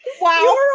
Wow